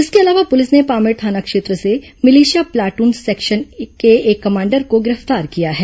इसके अलावा पुलिस ने पामेड़ थाना क्षेत्र से मिलिशिया प्लाटून सेक्शन के एक कमांडर को गिर पतार किया है